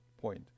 point